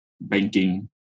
banking